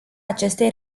acestei